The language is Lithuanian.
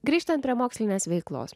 grįžtant prie mokslinės veiklos